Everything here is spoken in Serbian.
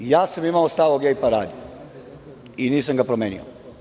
I, ja sam imao stav o gej paradi i nisam ga promenio.